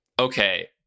Okay